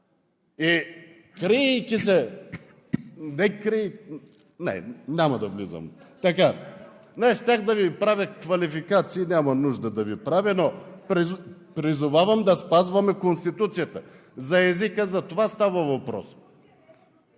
И криейки се… Не, няма да влизам… Щях да Ви правя квалификации, няма нужда да Ви правя, но призовавам да спазваме Конституцията. За езика, за това става въпрос.